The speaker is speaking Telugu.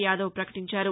యాదవ్ పకటించారు